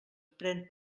pren